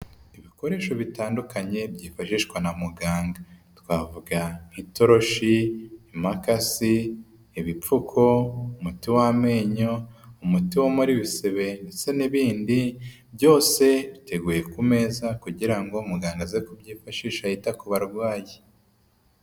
Ibikoresho bitandukanye byifashishwa na muganga twavuga nk'itoroshi, imakasi, ibipfuko, umuti w'amenyo, umuti womora ibisebe ndetse n'ibindi, byose biteguye ku meza kugira ngo umuganga aze kubyifashisha yita ku barwayi.